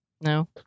No